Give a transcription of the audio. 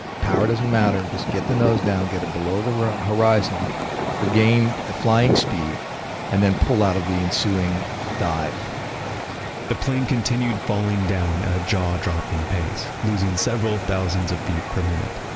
power doesn't matter, just get the nose down get a below the horizon regain flying speed and then pull out of the ensuing dive the plane continued falling down at a jaw-dropping pace, losing several thousands of feet per minute.